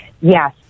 Yes